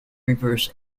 reverse